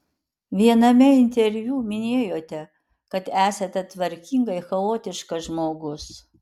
viename interviu minėjote kad esate tvarkingai chaotiškas žmogus